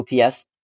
OPS